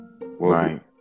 right